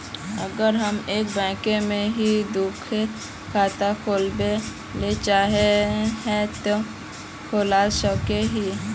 अगर हम एक बैंक में ही दुगो खाता खोलबे ले चाहे है ते खोला सके हिये?